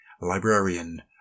Librarian